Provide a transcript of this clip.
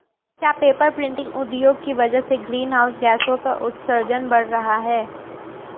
क्या paper printing उद्योग की वजह से ग्रीन हाउस गैसों का उत्सर्जन बढ़ रहा है?